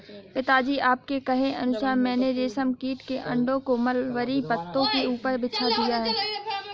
पिताजी आपके कहे अनुसार मैंने रेशम कीट के अंडों को मलबरी पत्तों के ऊपर बिछा दिया है